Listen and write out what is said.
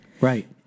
Right